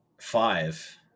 five